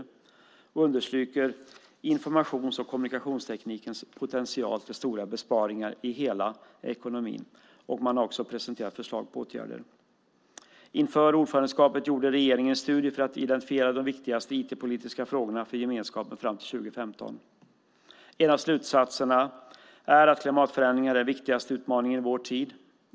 Kommissionen understryker informations och kommunikationsteknikens potential för stora besparingar i hela ekonomin. Man har också presenterat förslag på åtgärder. Inför ordförandeskapet gjorde regeringen en studie för att identifiera de viktigaste IT-politiska frågorna för gemenskapen fram till 2015. En av slutsatserna är att klimatförändringarna är den viktigaste utmaningen i vår tid.